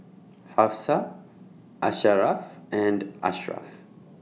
Hafsa Asharaff and Ashraff